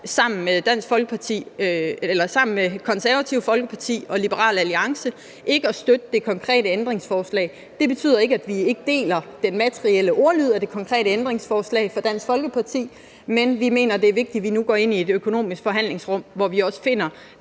sammen med Det Konservative Folkeparti og Liberal Alliance ikke at støtte det konkrete ændringsforslag. Det betyder ikke, at vi ikke deler den materielle ordlyd af det konkrete ændringsforslag fra Dansk Folkeparti, men vi mener, det er vigtigt, at vi nu går ind i et økonomisk forhandlingsrum, hvor vi også finder